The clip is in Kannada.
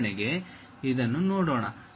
ಉದಾಹರಣೆಗೆ ಇದನ್ನು ನೋಡೋಣ